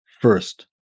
first